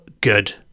good